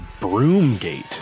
Broomgate